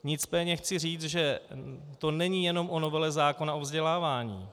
Nicméně chci říct, že to není jenom o novele zákona o vzdělávání.